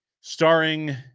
starring